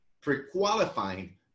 pre-qualifying